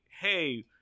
hey